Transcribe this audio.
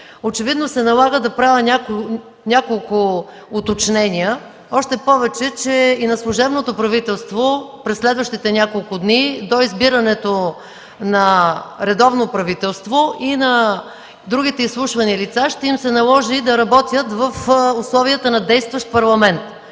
очевидно се налага да направя няколко уточнения, още повече и на служебното правителство през следващите няколко дни – до избирането на редовно правителство, и на другите изслушвани лица ще им се наложи да работят в условията на действащ парламент.